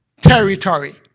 territory